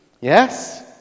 Yes